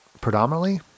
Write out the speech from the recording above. predominantly